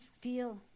feel